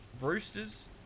Roosters